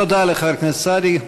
תודה לחבר הכנסת סעדי.